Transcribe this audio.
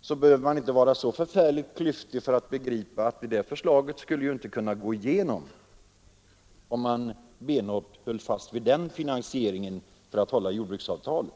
så behövde man ju inte vara så förskräckligt klyftig för att begripa att det förslaget inte skulle gå igenom, om man benhårt höll fast vid den finansieringen för att kunna hålla jordbruksavtalet.